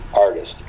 artist